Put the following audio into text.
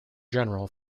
general